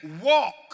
walk